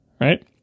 right